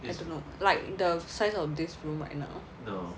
I don't know like the size of this room right now